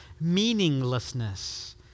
meaninglessness